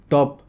Top